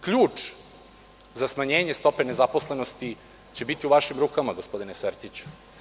Ključ za smanjenje stope nezaposlenosti će biti u vašim rukama, gospodine Srtiću.